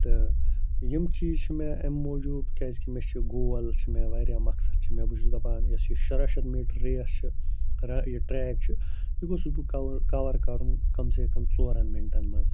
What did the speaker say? تہٕ یِم چیٖز چھِ مےٚ اَمۍ موٗجوٗب کیٛازکہِ مےٚ چھِ گول چھِ مےٚ واریاہ مقصد چھِ مےٚ بہٕ چھُس دَپان یۄس یہِ شُراہ شَتھ میٖٹَر ریس چھِ رَ یہِ ٹرٛیک چھُ یہِ گوٚژھُس بہٕ کَوَر کَوَر کَرُن کَم سے کَم ژورَن مِنٹَن منٛز